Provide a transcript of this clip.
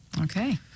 okay